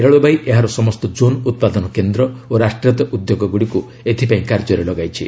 ରେଳବାଇ ଏହାର ସମସ୍ତ ଜୋନ୍ ଉତ୍ପାଦନ କେନ୍ଦ୍ର ଓ ରାଷ୍ଟ୍ରାୟତ ଉଦ୍ୟୋଗଗୁଡ଼ିକୁ ଏଥିପାଇଁ କାର୍ଯ୍ୟରେ ଲଗାଇଛି